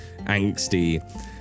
angsty